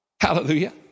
Hallelujah